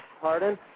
Pardon